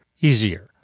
easier